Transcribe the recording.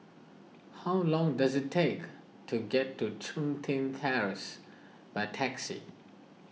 how long does it take to get to Chun Tin Terrace by taxi